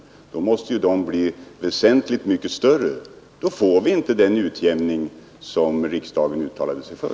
Det priset måste väl ligga väsentligt högre, om vi inte får till stånd den utjämning som riksdagen också uttalat sig för.